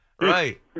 Right